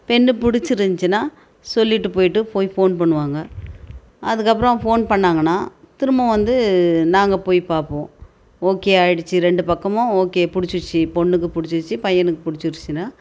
பெண் புடிச்சிருந்துச்சின்னா சொல்லிட்டு போய்ட்டு போயி ஃபோன் பண்ணுவாங்க அதுக்கப்புறம் ஃபோன் பண்ணாங்கன்னா திரும்பவும் வந்து நாங்கள் போய் பார்ப்போம் ஓகே ஆகிடுச்சி ரெண்டு பக்கமும் ஓகே பிடிச்சிடுச்சி பொண்ணுக்கு பிடிச்சிடுச்சி பையனுக்கு பிடிச்சிடுச்சினா